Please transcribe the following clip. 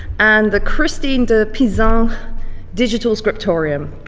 and the christine de pizan digital scriptorium.